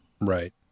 Right